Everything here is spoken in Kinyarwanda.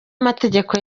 amateka